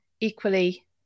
equally